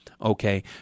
okay